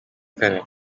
kane